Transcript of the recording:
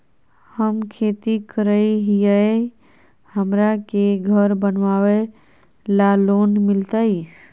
हमे खेती करई हियई, हमरा के घर बनावे ल लोन मिलतई?